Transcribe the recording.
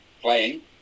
playing